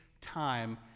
time